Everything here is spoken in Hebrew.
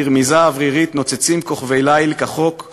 ברמיזה אוורירית / נוצצים כוכבי ליל כחוק /